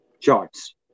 charts